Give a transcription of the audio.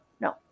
no